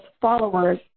followers